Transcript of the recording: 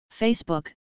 Facebook